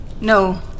No